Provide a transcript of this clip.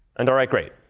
and all right, great.